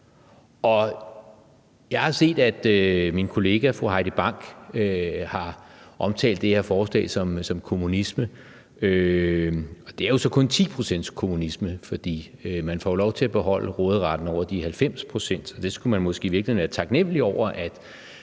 Jeg har set, at min kollega fru Heidi Bank har omtalt det her forslag som kommunisme, og det er jo så kun 10 pct.'s kommunisme, for man får jo lov til at beholde råderetten over de 90 pct., og man skulle måske i virkeligheden være taknemlig over,